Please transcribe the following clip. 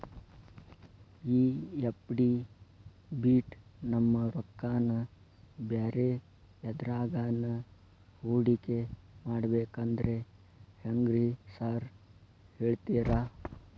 ಈ ಎಫ್.ಡಿ ಬಿಟ್ ನಮ್ ರೊಕ್ಕನಾ ಬ್ಯಾರೆ ಎದ್ರಾಗಾನ ಹೂಡಿಕೆ ಮಾಡಬೇಕಂದ್ರೆ ಹೆಂಗ್ರಿ ಸಾರ್ ಹೇಳ್ತೇರಾ?